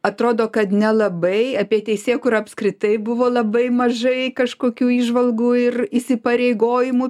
atrodo kad nelabai apie teisėkūrą apskritai buvo labai mažai kažkokių įžvalgų ir įsipareigojimų